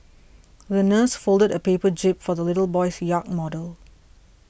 the nurse folded a paper jib for the little boy's yacht model